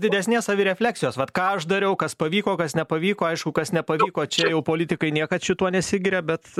didesnės savirefleksijos vat ką aš dariau kas pavyko kas nepavyko aišku kas nepavyko čia jau politikai niekad šituo nesigiria bet